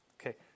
Okay